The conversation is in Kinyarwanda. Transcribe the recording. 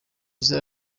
jizzo